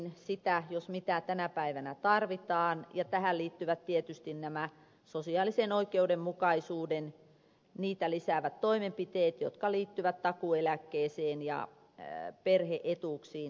sitä jos mitä tänä päivänä tarvitaan ja tähän liittyvät tietysti nämä sosiaalista oikeudenmukaisuutta lisäävät toimenpiteet jotka liittyvät indeksisidonnaisuuksiin takuueläkkeissä ja perhe etuuksissa